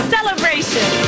Celebration